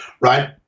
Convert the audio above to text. right